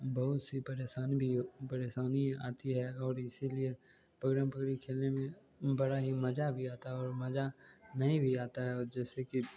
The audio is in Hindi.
बहुत सी परेशान भी वो परेशानी आती है और इसीलिए पकड़न पकडाई खेलने में बड़ा ही मजा भी आता है और मज़ा नहीं भी आता है और जैसे कि